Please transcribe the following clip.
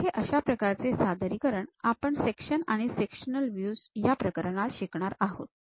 तर हे अशा प्रकारचे सादरीकरण आपण सेक्शन अँड सेक्शनल व्हयूज या प्रकरणात शिकणार आहोत